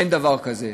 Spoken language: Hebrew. אין דבר כזה.